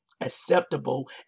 acceptable